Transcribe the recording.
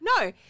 No